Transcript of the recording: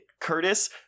Curtis